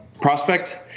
prospect